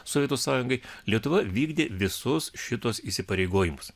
sovietų sąjungai lietuva vykdė visus šituos įsipareigojimus